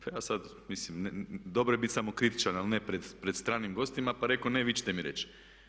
Pa ja sad mislim dobro je biti samokritičan ali ne pred stranim gostima pa rekoh ne, vi ćete mi reći.